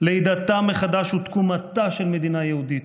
לידתה מחדש ותקומתה של מדינה יהודית.